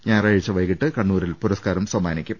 ഞായറാഴ്ച്ച് വൈകീട്ട് കണ്ണൂരിൽ പുരസ്കാരം സമ്മാനിക്കും